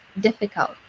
difficult